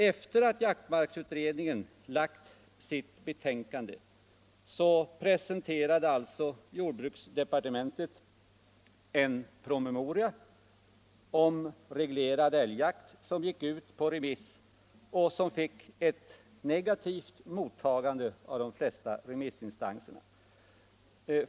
Efter det att jaktmarksutredningen lagt sitt betänkande presenterade jordbruksdepartementet en promemoria om reglerad älgjakt som gick ut på remiss och som fick ett negativt mottagande av de flesta remissinstanserna.